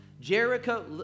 Jericho